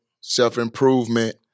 self-improvement